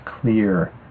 clear